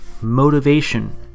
Motivation